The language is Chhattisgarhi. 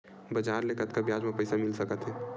बजार ले कतका ब्याज म पईसा मिल सकत हे?